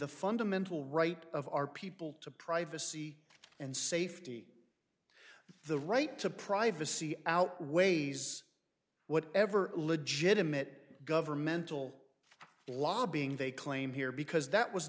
the fundamental right of our people to privacy and safety the right to privacy outweighs whatever legitimate governmental lobbying they claim here because that was